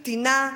קטינה,